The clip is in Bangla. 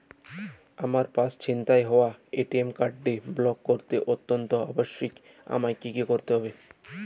আমার পার্স ছিনতাই হওয়ায় এ.টি.এম কার্ডটি ব্লক করা অত্যন্ত আবশ্যিক আমায় কী কী করতে হবে?